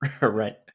Right